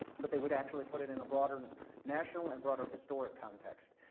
but they would actually put it in a broader national, and broader historic context.